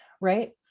right